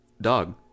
Dog